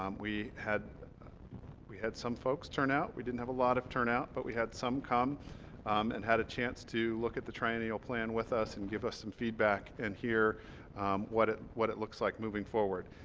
um we had we had some folks turnout. we didn't have a lot of turnout but we had some come and had a chance to look at the triennial plan with us and give us some feedback and hear what it what it looks like moving forward.